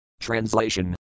Translation